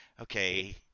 okay